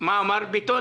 מה אמר ביטון?